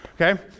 Okay